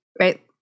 right